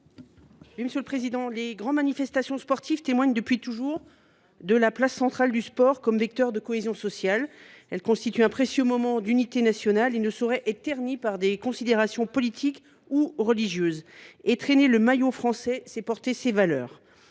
Mme Else Joseph. Les grandes manifestations sportives témoignent depuis toujours du rôle central du sport comme vecteur de cohésion sociale. Elles constituent un précieux moment d’unité nationale et ne sauraient être ternies par des considérations politiques ou religieuses. Étrenner le maillot français, c’est porter ses valeurs